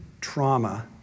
trauma